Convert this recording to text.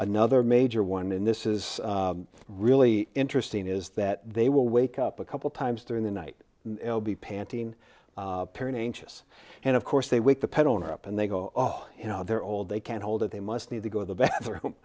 another major one in this is really interesting is that they will wake up a couple times during the night be panting and of course they wake the pet owner up and they go oh you know they're old they can't hold it they must need to go to the ba